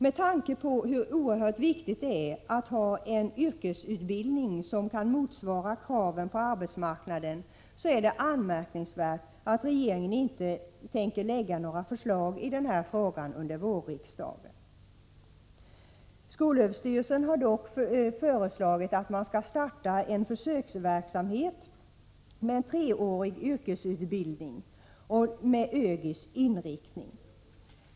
Med tanke på hur oerhört viktigt det är att ha en yrkesutbildning som kan motsvara kraven på arbetsmarknaden är det anmärkningsvärt att regeringen inte avser att lägga några förslag i denna fråga under vårriksdagen. Skolöverstyrelsen har dock föreslagit att man skall starta försöksverksamhet med en treårig yrkesutbildning, med ÖGY:s inriktning.